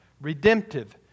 redemptive